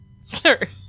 sir